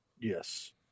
Yes